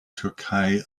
türkei